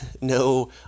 no